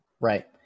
Right